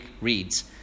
reads